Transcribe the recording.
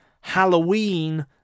Halloween